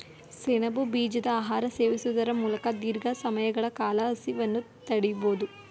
ಸೆಣಬು ಬೀಜದ ಆಹಾರ ಸೇವಿಸುವುದರ ಮೂಲಕ ದೀರ್ಘ ಸಮಯಗಳ ಕಾಲ ಹಸಿವನ್ನು ತಡಿಬೋದು